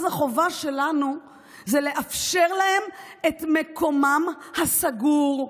ואז החובה שלנו זה לאפשר להם את מקומם הסגור.